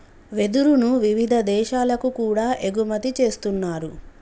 వెదురును వివిధ దేశాలకు కూడా ఎగుమతి చేస్తున్నారు